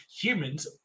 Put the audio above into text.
Humans